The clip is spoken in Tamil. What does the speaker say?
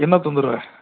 என்ன தொந்தரவு